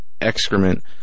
excrement